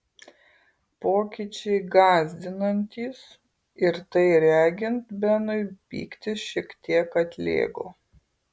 pokyčiai gąsdinantys ir tai regint benui pyktis šiek tiek atlėgo